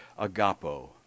agapo